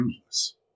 endless